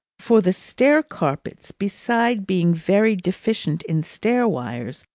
for the stair-carpets, besides being very deficient in stair-wires,